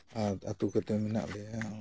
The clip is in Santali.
ᱟᱨ ᱟᱹᱛᱩ ᱠᱟᱛᱮᱫ ᱢᱮᱱᱟᱜ ᱞᱮᱭᱟ ᱚᱸᱰᱮ ᱱᱚᱣᱟ ᱫᱚ